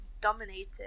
dominated